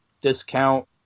discount